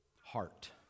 heart